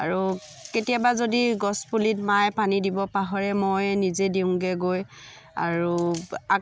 আৰু কেতিয়াবা যদি গছপুলিত মায়ে পানী দিব পাহৰে মই নিজে দিওঁগৈ গৈ আৰু আগ